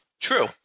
True